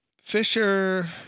Fisher